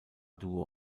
duo